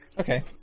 Okay